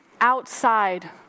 outside